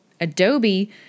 Adobe